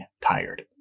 tired